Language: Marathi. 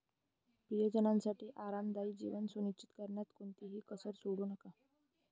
प्रियजनांसाठी आरामदायी जीवन सुनिश्चित करण्यात कोणतीही कसर सोडू नका